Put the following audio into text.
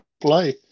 play